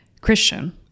Christian